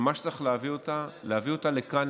ומה שצריך הוא להביא אותה לכאן,